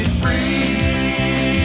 free